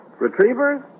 Retrievers